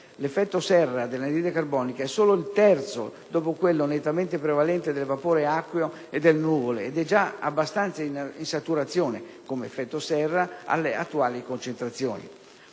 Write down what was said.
L'effetto serra prodotto dall'anidride carbonica è pari solo ad un terzo di quello, nettamente prevalente, del vapore acqueo e delle nuvole, ed è già abbastanza in saturazione, come effetto serra, alle concentrazioni